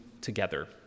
together